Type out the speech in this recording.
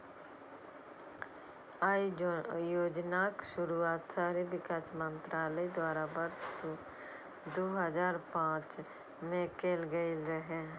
अय योजनाक शुरुआत शहरी विकास मंत्रालय द्वारा वर्ष दू हजार पांच मे कैल गेल रहै